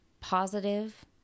positive